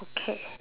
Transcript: okay